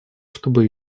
чтобы